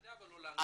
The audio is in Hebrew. לקנדה ולא לאנגליה.